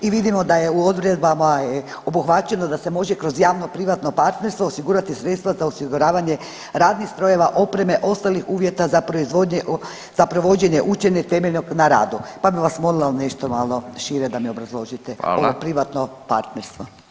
I vidimo da je u odredbama obuhvaćeno da se može kroz javno privatno partnerstvo osigurati sredstva za osiguravanje radnih strojeva, opreme, ostalih uvjeta za proizvodnje, za provođenje učenja temeljenog na radu, pa bih vas molila nešto malo šire da bi obrazložite [[Upadica: Hvala.]] ovo privatno partnerstvo.